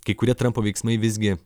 kai kurie trampo veiksmai visgi